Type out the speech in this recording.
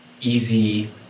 easy